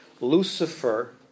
Lucifer